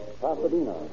Pasadena